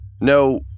No